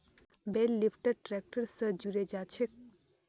बेल lifter tractor स जुड़े जाछेक